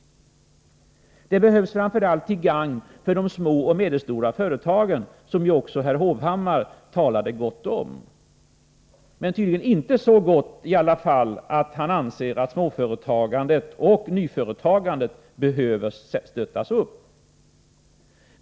Detta behövs framför allt till gagn för de små och medelstora företagen, som ju också herr Hovhammar talade gott om. Tydligen anser han dock inte att småföretagandet och nyföretagandet behöver stöttas.